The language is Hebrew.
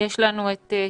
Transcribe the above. בבקשה.